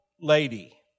lady